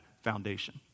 foundation